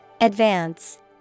Advance